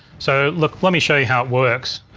so look let me show you how it works.